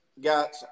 Got